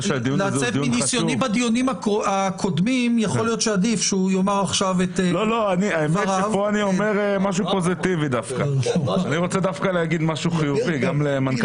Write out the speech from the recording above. כאן אני דווקא אומר משהו חיובי ואני רוצה לומר זאת גם למנכ"ל